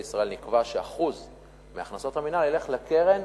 ישראל נקבע ש-1% מהכנסות המינהל ילך לקרן